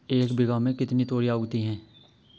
एक बीघा में कितनी तोरियां उगती हैं?